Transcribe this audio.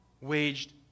Waged